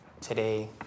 today